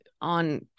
on